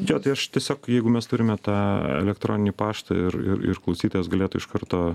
jo tai aš tiesiog jeigu mes turime tą elektroninį paštą ir ir klausytojas galėtų iš karto